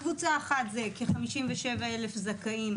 קבוצה אחת זה כ-57,000 זכאים,